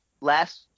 last